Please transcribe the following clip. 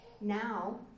Now